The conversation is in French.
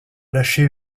lâcher